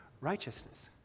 righteousness